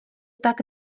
tak